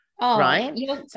Right